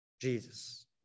Jesus